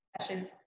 session